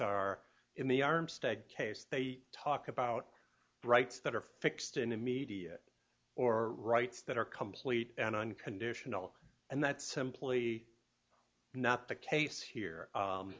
are in the armstead case they talk about rights that are fixed in immediate or rights that are complete and unconditional and that's simply not the case